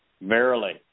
Verily